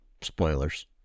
spoilers